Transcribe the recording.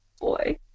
Boy